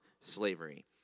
slavery